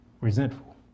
resentful